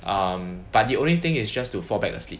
um but the only thing is just to fall back asleep